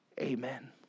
Amen